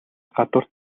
гадуур